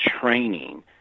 training